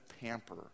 pamper